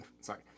sorry